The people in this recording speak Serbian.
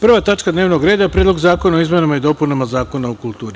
Prva tačka dnevnog reda – Predlog zakona o izmenama i dopunama Zakona o kulturi.